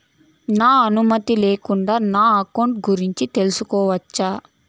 నా అనుమతి లేకుండా నా అకౌంట్ గురించి తెలుసుకొనొచ్చా?